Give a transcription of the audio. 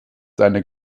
seine